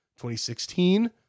2016